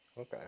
okay